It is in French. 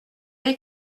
est